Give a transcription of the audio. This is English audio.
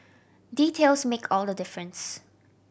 details make all the difference